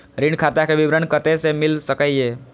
ऋण खाता के विवरण कते से मिल सकै ये?